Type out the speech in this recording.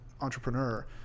entrepreneur